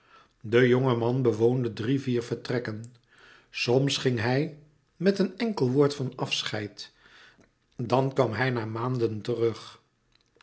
de jonge man bewoonde drie vier vertrekken soms ging hij met een enkel woord van afscheid dan kwam hij na maanden terug